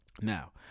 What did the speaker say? Now